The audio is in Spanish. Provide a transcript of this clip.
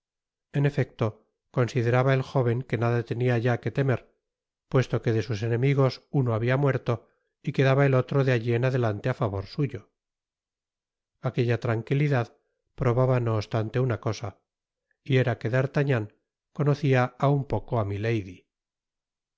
en efecto consideraba el jóven que nada tenia ya que temer puesto que de sus enemigos uno habia muerto y quedaba el otro de alli en adelante á favor suyo aquella tranquilidad probaba no obstante una cosa y era que dartagnan conocia aun poco á milady